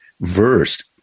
versed